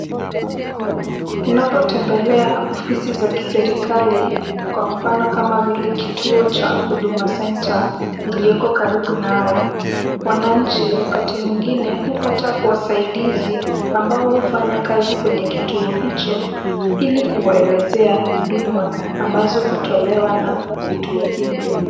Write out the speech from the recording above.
Unapotembelea ofisi za kiserikali, kwa mfano kama vile kituo cha Huduma Center, ilioko karibu nawe, wananchi wakati mwingine hupata wasaidizi ambao hufanya kazi kwenye kituo hicho ili kuwaelezea huduma ambazo hutolewa na vituo hivyo.